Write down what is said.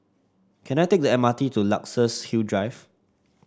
can I take the M R T to Luxus Hill Drive